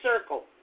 circle